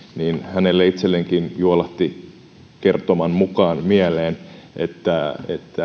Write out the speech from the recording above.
hänelle itselleenkin juolahti kertoman mukaan mieleen että